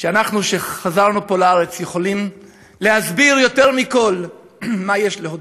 שאנחנו שחזרנו לארץ יכולים להסביר יותר מכול מה יש להודות.